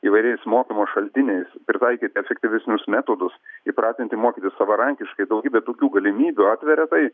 įvairiais mokymo šaltiniais pritaikyt efektyvesnius metodus įpratinti mokytis savarankiškai daugybė tokių galimybių atveria tai